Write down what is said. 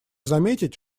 заметить